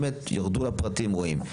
באמת, ירדו לפרטים, רואים.